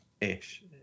ish